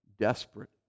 desperate